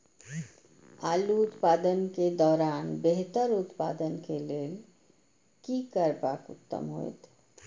आलू उत्पादन के दौरान बेहतर उत्पादन के लेल की करबाक उत्तम होयत?